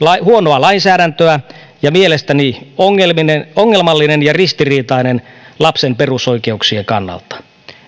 huonoa lainsäädäntöä ja mielestäni ongelmallinen ongelmallinen ja ristiriitainen lapsen perusoikeuksien kannalta